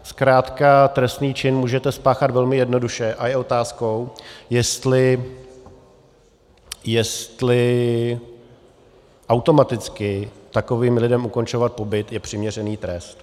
Zkrátka trestný čin můžete spáchat velmi jednoduše a je otázkou, jestli automaticky takovým lidem ukončovat pobyt je přiměřený trest.